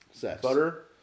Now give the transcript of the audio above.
Butter